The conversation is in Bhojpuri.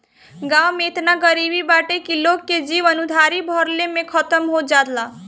गांव में एतना गरीबी बाटे की लोग के जीवन उधारी भरले में खतम हो जाला